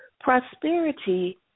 Prosperity